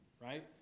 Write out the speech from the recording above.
right